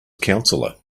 counselor